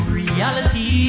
reality